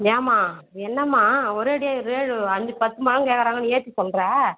ஏம்மா என்னமா ஒரே அடியாக ரே அஞ்சு பத்து முழம் கேட்குறாங்கன்னு ஏற்றி சொல்லுற